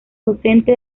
docente